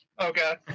Okay